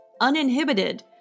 Uninhibited